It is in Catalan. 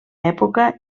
època